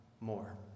more